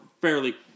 fairly